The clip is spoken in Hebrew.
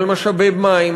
על משאבי מים,